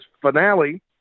finale